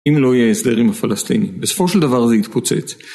אם לא יהיה הסדר עם הפלסטינים, בסופו של דבר זה יתפוצץ.